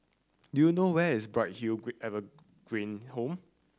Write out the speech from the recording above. do you know where is Bright Hill Evergreen Home